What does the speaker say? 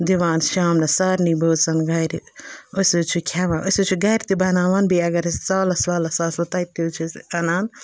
دِوان شامنَس سارنی بٲژَن گَرِ أسۍ حظ چھِ کھٮ۪وان أسۍ حظ چھِ گَرِ تہِ بَناوان بیٚیہِ اگر أسۍ سالَس والَس آسو تَتہِ تہِ حظ چھِ أسۍ اَنان